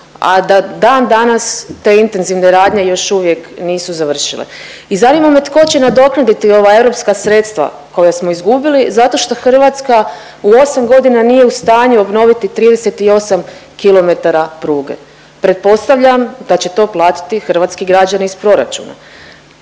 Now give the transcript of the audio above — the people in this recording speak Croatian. da dan danas te intenzivne radnje još uvijek nisu završile? I zanima me tko će nadoknaditi ova europska sredstva koja smo izgubili zato što Hrvatska u 8 godina nije u stanju obnoviti 38 km pruge? Pretpostavljam da će to platiti hrvatsku građani iz proračuna